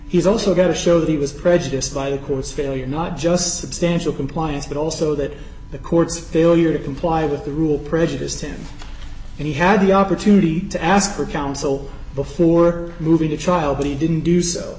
he's also going to show the was prejudiced by the court's failure not just substantial compliance but also that the court's failure to comply with the rule prejudiced him and he had the opportunity to ask for counsel before moving to trial but he didn't do so